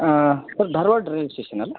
sir Dharwad railway ಸ್ಟೇಷನಲ್ವ